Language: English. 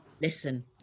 Listen